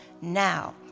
now